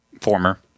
Former